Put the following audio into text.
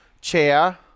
Chair